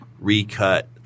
recut